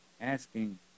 asking